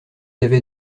avait